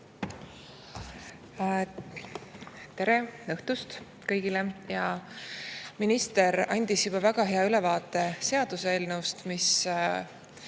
Tere õhtust kõigile! Minister andis juba väga hea ülevaate seaduseelnõust, mis